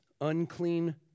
unclean